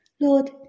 Lord